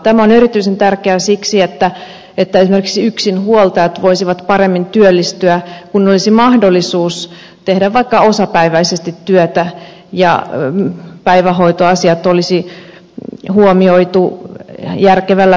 tämä on erityisen tärkeää siksi että esimerkiksi yksinhuoltajat voisivat paremmin työllistyä kun olisi mahdollisuus tehdä vaikka osapäiväisesti työtä ja päivähoitoasiat olisi huomioitu järkevällä tavalla